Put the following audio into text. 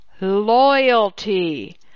Loyalty